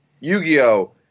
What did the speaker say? Yu-Gi-Oh